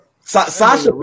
Sasha